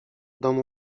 domu